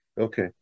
Okay